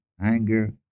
anger